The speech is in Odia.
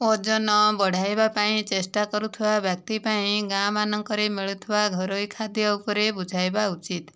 ଓଜନ ବଢ଼େଇବା ପାଇଁ ଚେଷ୍ଟା କରୁଥିବା ବ୍ୟକ୍ତି ପାଇଁ ଗାଁମାନଙ୍କରେ ମିଳୁଥିବା ଘରୋଇ ଖାଦ୍ୟ ଉପରେ ବୁଝାଇବା ଉଚିତ